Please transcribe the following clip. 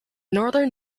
northern